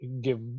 give